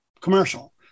commercial